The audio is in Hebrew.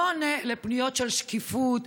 לא עונה על פניות של שקיפות,